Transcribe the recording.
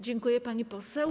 Dziękuję, pani poseł.